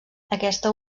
aquesta